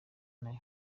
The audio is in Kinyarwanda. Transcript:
nayo